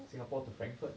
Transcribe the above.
singapore to frankfurt